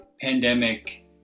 pandemic